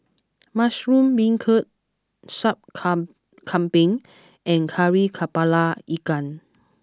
Mushroom Beancurd Sup come Kambing and Kari Kepala Ikan